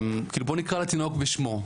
בוא נקרא לתינוק בשמו,